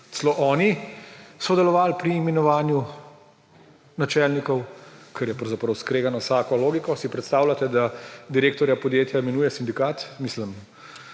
celo oni sodelovali pri imenovanju načelnikov, kar je pravzaprav skregano z vsako logiko. Si predstavljate, da direktorja podjetja imenuje sindikat? Mislim,